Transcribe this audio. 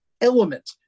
element